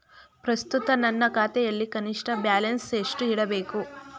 ಪ್ರಸ್ತುತ ನನ್ನ ಖಾತೆಯಲ್ಲಿ ಕನಿಷ್ಠ ಬ್ಯಾಲೆನ್ಸ್ ಎಷ್ಟು ಇಡಬೇಕು?